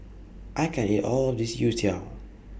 I can't eat All of This Youtiao